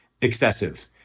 excessive